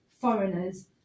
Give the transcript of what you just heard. foreigners